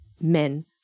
men